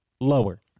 lower